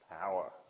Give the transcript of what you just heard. Power